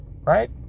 right